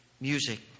music